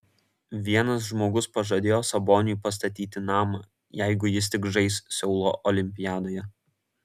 vienas žmogus pažadėjo saboniui pastatyti namą jeigu jis tik žais seulo olimpiadoje